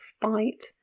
fight